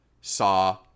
Saw